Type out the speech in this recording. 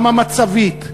גם המצבית,